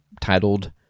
titled